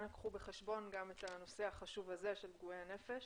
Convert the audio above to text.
אנא קחו בחשבון גם את הנושא החשוב הזה של פגועי הנפש.